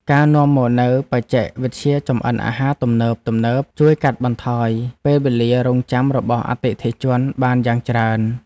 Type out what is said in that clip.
ការនាំមកនូវបច្ចេកវិទ្យាចម្អិនអាហារទំនើបៗ ជួយកាត់បន្ថយពេលវេលារង់ចាំរបស់អតិថិជនបានយ៉ាងច្រើន។